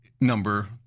number